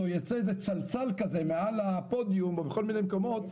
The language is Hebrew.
ייצא צלצול כזה יכול להיות שמעל לפודיום או בכל מיני מקומות,